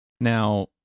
Now